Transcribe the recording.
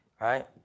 right